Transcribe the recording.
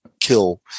kill